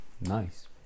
Nice